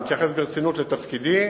אני מתייחס ברצינות לתפקידי